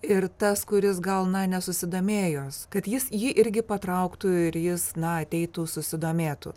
ir tas kuris gal na nesusidomėjo kad jis jį irgi patrauktų ir jis na ateitų susidomėtų